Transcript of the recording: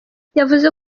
yavuze